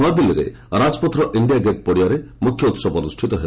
ନୂଆଦିଲ୍ଲୀରେ Rajpath India gate ପଡ଼ିଆରେ ମୁଖ୍ୟ ଉତ୍ସବ ଅନୁଷ୍ଠିତ ହେବ